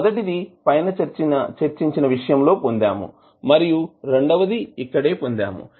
మొదటిది పైన చర్చించిన విషయం లో పొందాము మరియు రెండవది ఇక్కడే పొందాము